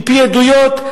מעדויות,